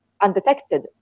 undetected